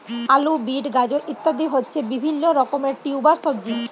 আলু, বিট, গাজর ইত্যাদি হচ্ছে বিভিল্য রকমের টিউবার সবজি